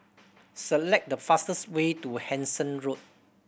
select the fastest way to Hendon Road